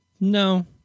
No